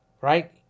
right